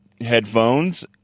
headphones